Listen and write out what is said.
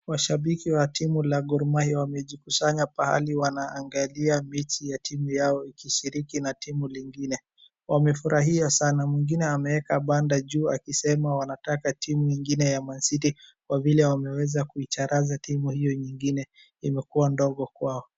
Washabiki wa timu la Gor Mahia wamejikusanya pahali wanaangalia mechi ya timu yao ikishiriki na timu lingine. Wamefurahia sana. Mwingine ameeka banda juu akisema wanataka timu ingine ya Man City kwa vile wameweza kuicharaza timu hio ingine, imekuwa ndogo kwao.